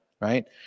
right